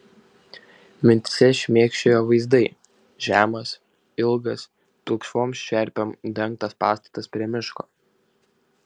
mintyse šmėkščiojo vaizdai žemas ilgas pilkšvom čerpėm dengtas pastatas prie miško